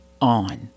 on